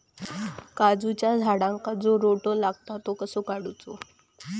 काजूच्या झाडांका जो रोटो लागता तो कसो काडुचो?